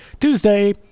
Tuesday